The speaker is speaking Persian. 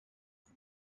است